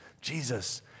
Jesus